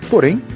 Porém